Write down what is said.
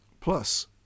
Plus